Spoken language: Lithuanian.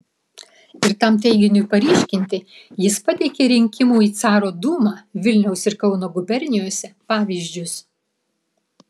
ir tam teiginiui paryškinti jis pateikė rinkimų į caro dūmą vilniaus ir kauno gubernijose pavyzdžius